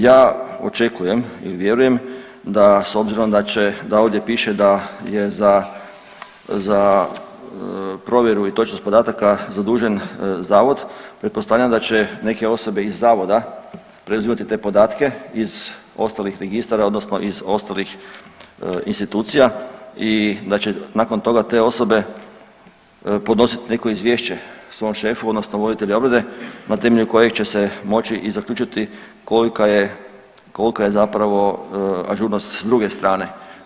Ja očekujem i vjerujem da s obzirom da će, da ovdje piše da je za, za provjeru i točnost podataka zadužen zavod, pretpostavljam da će neke osobe iz zavoda preuzimati te podatke iz ostalih registara odnosno iz ostalih institucija i da će nakon toga te osobe podnositi neko izvješće svom šefu odnosno voditelju obrade na temelju kojeg će se moći i zaključiti kolika je, kolika je zapravo ažurnost s druge strane.